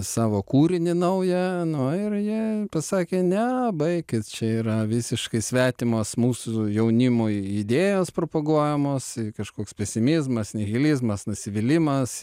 savo kūrinį naują nu ir jie pasakė ne baikit čia yra visiškai svetimas mūsų jaunimui idėjos propaguojamos kažkoks pesimizmas nihilizmas nusivylimas